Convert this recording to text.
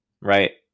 right